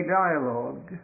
dialogue